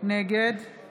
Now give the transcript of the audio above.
נגד נפתלי